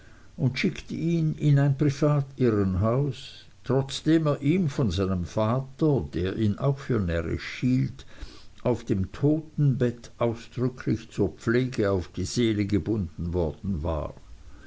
und schickt ihn in ein privat irrenhaus trotzdem er ihm von seinem vater der ihn auch für närrisch hielt auf dem totenbett ausdrücklich zur pflege auf die seele gebunden worden war